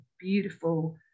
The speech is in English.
beautiful